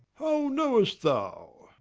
how knowest thou?